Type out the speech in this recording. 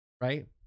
right